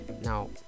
now